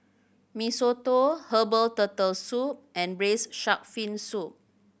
Mee Soto herbal Turtle Soup and Braised Shark Fin Soup